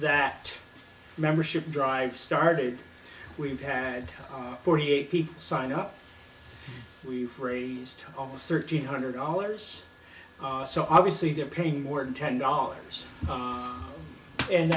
that membership drive started we've had forty eight people sign up we've raised almost thirteen hundred dollars so obviously they're paying more than ten dollars a